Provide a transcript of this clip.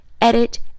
edit